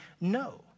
no